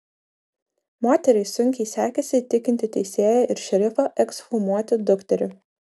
moteriai sunkiai sekėsi įtikinti teisėją ir šerifą ekshumuoti dukterį